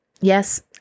Yes